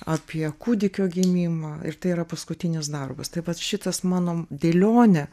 apie kūdikio gimimą ir tai yra paskutinis darbas tai vat šitas mano dėlionė